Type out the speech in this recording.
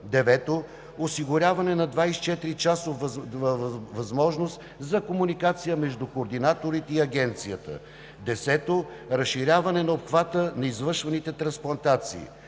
9. осигуряване на 24-часова възможност за комуникация между координаторите и Агенцията; 10. разширяване на обхвата на извършваните трансплантации;